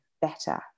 better